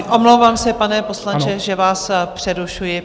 Omlouvám se, pane poslanče, že vás přerušuji.